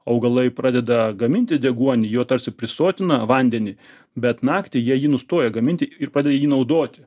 augalai pradeda gaminti deguonį juo tarsi prisotina vandenį bet naktį jie jį nustoja gaminti ir pada jį naudoti